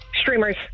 Streamers